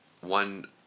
one